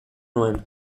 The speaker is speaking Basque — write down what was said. nuen